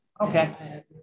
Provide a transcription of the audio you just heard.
Okay